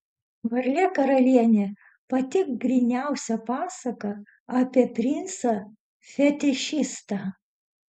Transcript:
varlė karalienė pati gryniausia pasaka apie princą fetišistą